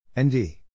ND